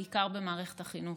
בעיקר במערכת החינוך.